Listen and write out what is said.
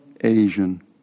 Asian